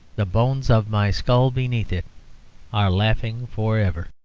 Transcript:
the bones of my skull beneath it are laughing for ever.